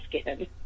skin